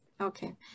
Okay